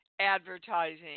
advertising